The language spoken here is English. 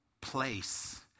place